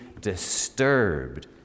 disturbed